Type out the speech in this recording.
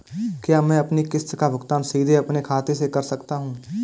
क्या मैं अपनी किश्त का भुगतान सीधे अपने खाते से कर सकता हूँ?